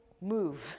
Move